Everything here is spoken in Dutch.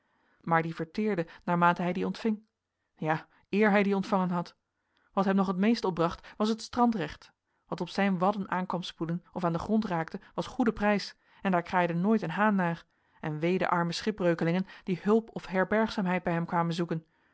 maar die verteerde naarmate hij die ontving ja eer hij die ontvangen had wat hem nog het meest opbracht was het strandrecht wat op zijn wadden aan kwam spoelen of aan den grond raakte was goede prijs en daar kraaide nooit een haan naar en wee den armen schipbreukelingen die hulp of herbergzaamheid bij hem kwamen zoeken